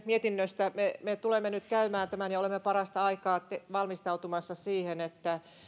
mietinnöstä me me tulemme nyt käymään läpi tämän ja olemme parasta aikaa valmistautumassa siihen